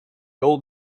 old